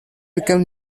became